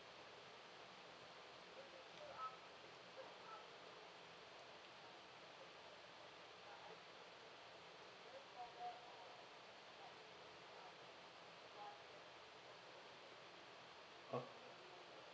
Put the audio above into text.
uh